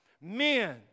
Men